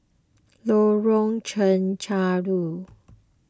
Lorong Chencharu